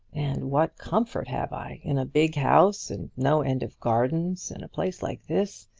and what comfort have i in a big house, and no end of gardens, and a place like this?